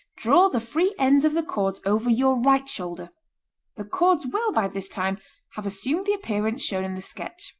draw the free ends of the cords over your right shoulder the cords will by this time have assumed the appearance shown in the sketch.